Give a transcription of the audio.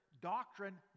doctrine